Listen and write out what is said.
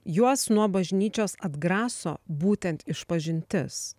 juos nuo bažnyčios atgraso būtent išpažintis